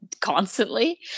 Constantly